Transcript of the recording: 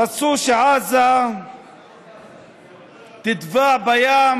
רצו שעזה תטבע בים